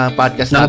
podcast